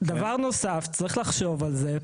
דבר נוסף, צריך לחשוב על זה.